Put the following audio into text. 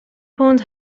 پوند